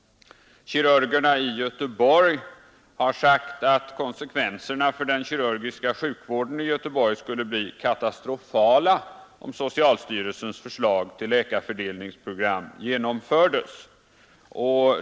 Kirurgerna i Göteborg har sagt att konsekvenserna för den kirurgiska sjukvården i Göteborg skulle bli katastrofal om socialstyrelsens förslag till läkarfördelningsprogram genomfördes.